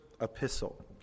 epistle